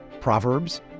Proverbs